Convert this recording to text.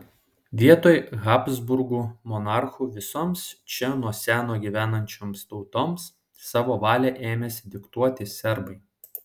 vietoj habsburgų monarchų visoms čia nuo seno gyvenančioms tautoms savo valią ėmėsi diktuoti serbai